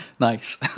Nice